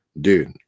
dude